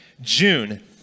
June